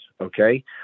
okay